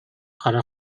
хара